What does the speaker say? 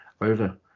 over